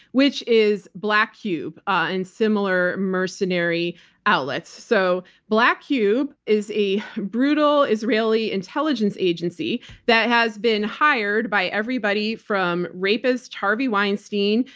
which is black cube and similar mercenary outlets. so black cube is a brutal israeli intelligence agency that has been hired by everybody from rapist harvey weinstein,